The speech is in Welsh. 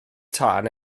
tân